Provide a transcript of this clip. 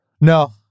No